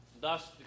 Thus